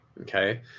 okay